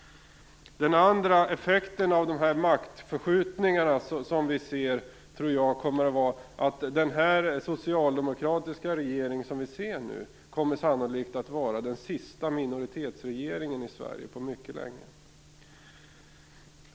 Den andra effekten av den maktförskjutning vi ser tror jag kommer att bli att den socialdemokratiska regeringen sannolikt kommer att vara den sista minoritetsregeringen i Sverige på mycket länge.